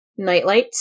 nightlights